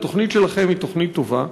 התוכנית שלכם היא תוכנית טובה,